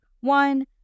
one